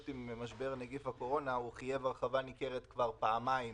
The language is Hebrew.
עם משבר נגיף הקורונה חייב הרחבה ניכרת כבר פעמיים